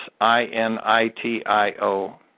I-N-I-T-I-O